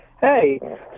Hey